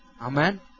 Amen